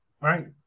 right